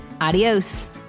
Adios